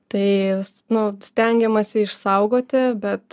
tai nu stengiamasi išsaugoti bet